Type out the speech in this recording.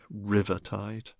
river-tide